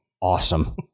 awesome